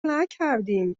نکردیم